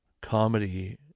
comedy